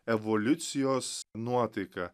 evoliucijos nuotaika